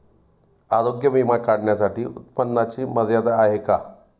आरोग्य विमा काढण्यासाठी उत्पन्नाची मर्यादा आहे का?